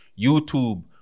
YouTube